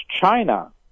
china